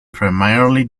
primarily